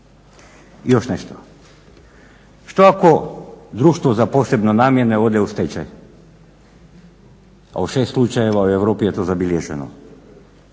Još nešto, što ako Društvo za posebne namjene ode u stečaj? A u 6 slučajeva u Europi je to zabilježeno.